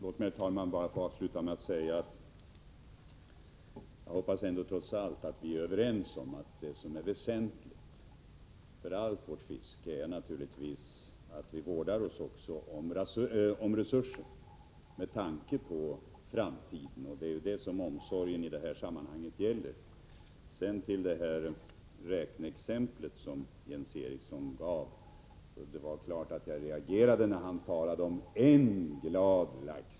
Herr talman! Låt mig avsluta med att säga att jag hoppas att vi trots allt är överens om att det väsentliga för allt vårt fiske är att vi vårdar oss om resurserna med tanke på framtiden. Det är ju den omsorgen det är fråga om i det här sammanhanget. Beträffande det räkneexempel som Jens Eriksson gav vill jag säga att jag naturligtvis reagerade när han talade om en glad lax.